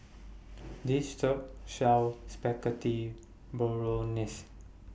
This Shop sells Spaghetti Bolognese